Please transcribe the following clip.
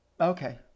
Okay